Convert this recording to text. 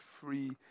free